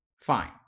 Fine